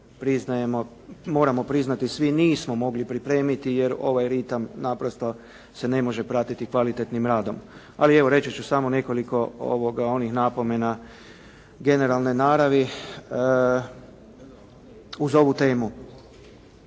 moramo priznati svi nismo mogli pripremiti jer ovaj ritam naprosto se ne može pratiti kvalitetnim radom, ali evo reći ću samo nekoliko onih napomena generalne naravi uz ovu temu.